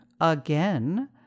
again